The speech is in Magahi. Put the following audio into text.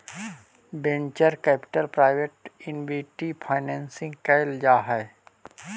venture capital private equity financing कैल जा हई